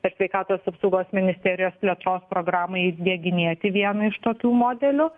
per sveikatos apsaugos ministerijos plėtros programą įdieginėti vieną iš tokių modelių